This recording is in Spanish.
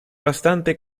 bastante